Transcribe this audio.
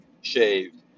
shaved